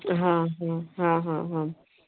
हाँ हाँ हाँ हाँ हाँ